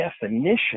definition